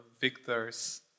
victors